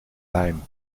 lijn